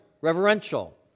reverential